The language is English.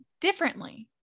differently